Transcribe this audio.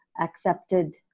accepted